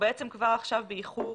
בעצם כבר עכשיו אנחנו באיחור